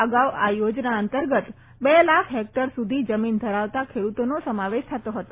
અગાઉ આ યોજના અંતર્ગત બે લાખ હેકટર સુધી જમીન ધરાવતાં ખેડુતોનો સમાવેશ થતો હતો